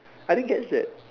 I didn't catch that